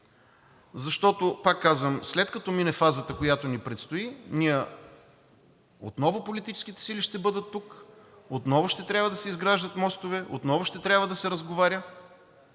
защото, пак казвам, след като мине фазата, която ни предстои, отново политическите сили ще бъдат тук, отново ще трябва да се изграждат мостове, отново ще трябва да се разговаря